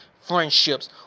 friendships